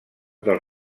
del